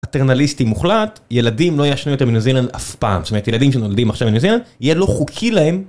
פטרנליסטי מוחלט ילדים לא ישנו יותר בניו זילנד אף פעם את ילדים שנולדים עכשיו בניו זילנד יהיה לא חוקי להם.